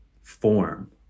form